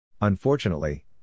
Unfortunately